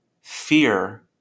fear